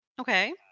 Okay